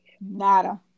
nada